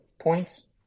points